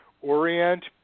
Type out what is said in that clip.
orient